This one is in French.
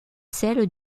celle